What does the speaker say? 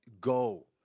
go